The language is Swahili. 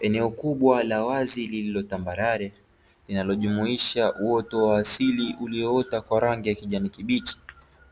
Eneo kubwa la wazi lililotambarare linalojumuisha uoto wa asili ulioota kwa rangi ya kijani kibichi